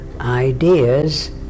ideas